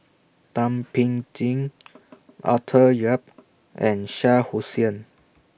Thum Ping Tjin Arthur Yap and Shah Hussain